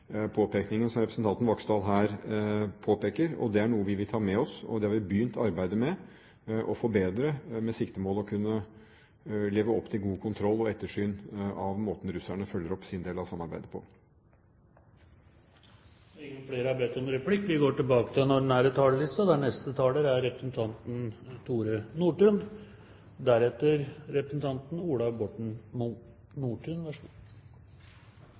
det som representanten Vaksdal her påpeker. Det er noe vi vil ta med oss, og som vi har begynt arbeidet med å forbedre, med det siktemål å kunne leve opp til god kontroll og ettersyn av den måten russerne følger opp sin del av samarbeidet på. Replikkordskiftet er omme. Som flere har vært inne på, har samarbeidet med Russland i nordområdene vært en suksesshistorie som har pågått siden begynnelsen av 1990-tallet. Det er gledelig. Det tror jeg vi